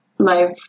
Life